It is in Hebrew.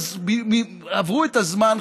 עברו את הזמן,